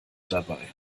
dabei